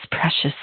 precious